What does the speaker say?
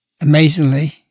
amazingly